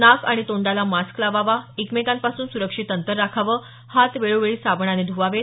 नाक आणि तोंडाला मास्क लावावा एकमेकांपासून सुरक्षित अंतर राखावं हात वेळोवेळी साबणाने ध्वावेत